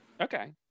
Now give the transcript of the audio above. okay